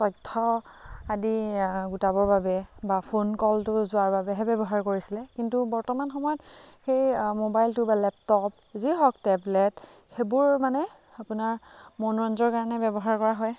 তথ্য আদি গোটাবৰ বাবে বা ফোনকলটো যোৱাৰ বাবেহে ব্যৱহাৰ কৰিছিলে কিন্তু বৰ্তমান সময়ত সেই মোবাইলটো বা লেপটপ যি হওক টেবলেট সেইবোৰ মানে আপোনাৰ মনোৰঞ্জনৰ কাৰণে ব্যৱহাৰ কৰা হয়